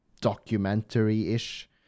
documentary-ish